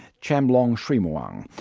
chamlong srimuang.